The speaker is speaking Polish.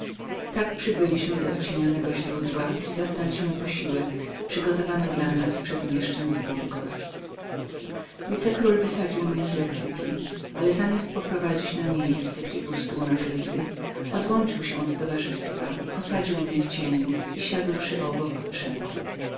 tak przybyliśmy do ocienionego źródła gdzie zastaliśmy wieczerzę przygotowaną dla nas przez mieszczan z burgos wicekról wysadził mnie z lektyki ale zamiast poprowadzenia na miejsce gdzie był stół nakryty odłączył się od towarzystwa posadził mnie w cieniu i siadłszy obok mnie rzekł